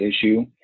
issue